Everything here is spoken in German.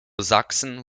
sachsen